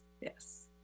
Yes